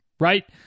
right